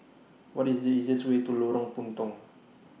What IS The easiest Way to Lorong Puntong